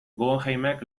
guggenheimek